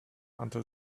until